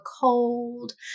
cold